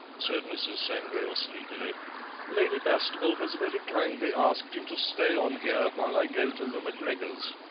said mrs. sangrail sleepily lady bastable has very kindly asked you to stay on here while i go to the macgregors'.